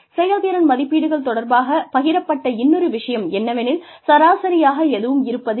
செயல்திறன் மதிப்பீடுகள் தொடர்பாகப் பகிரப்பட்ட இன்னொரு விஷயம் என்னவெனில் சராசரியாக எதுவும் இருப்பதில்லை